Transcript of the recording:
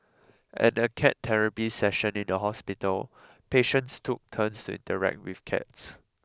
at a cat therapy session in the hospital patients took turns to interact with cats